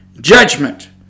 Judgment